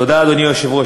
תודה, אדוני היושב-ראש.